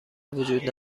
وجود